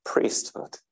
Priesthood